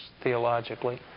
theologically